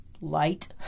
light